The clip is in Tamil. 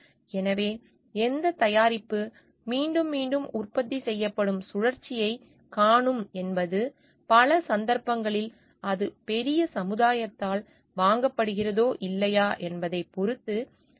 எனவே எந்த தயாரிப்பு மீண்டும் மீண்டும் உற்பத்தி செய்யப்படும் சுழற்சியைக் காணும் என்பது பல சந்தர்ப்பங்களில் அது பெரிய சமுதாயத்தால் வாங்கப்படுகிறதா இல்லையா என்பதைப் பொறுத்தது